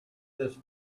this